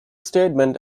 statement